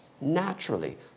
naturally